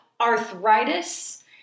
arthritis